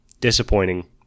disappointing